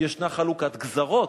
ישנה חלוקת גזרות.